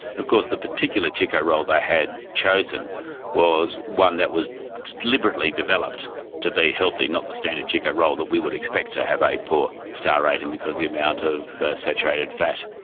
of course the particular chiko roll they had chosen was one that was deliberately developed to be healthy, not the standard chiko roll that we would expect to have a poor star rating because of the amount of saturated fat.